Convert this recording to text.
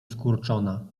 skurczona